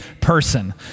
person